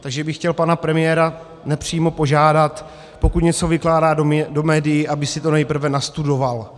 Takže bych chtěl pana premiéra nepřímo požádat, pokud něco vykládá do médií, aby si to nejprve nastudoval.